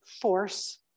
force